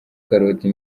karoti